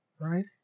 right